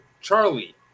charlie